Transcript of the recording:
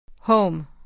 Home